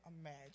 imagine